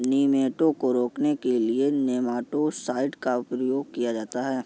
nematode को रोकने के लिए नेमाटो साइड का प्रयोग किया जाता है